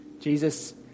Jesus